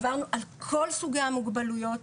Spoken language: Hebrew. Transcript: עברנו על כל סוגי המוגבלויות.